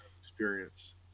experience